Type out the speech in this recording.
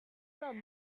smelled